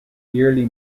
yearly